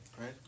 right